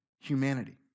humanity